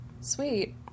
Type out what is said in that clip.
sweet